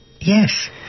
yes